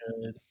good